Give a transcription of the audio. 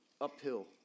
uphill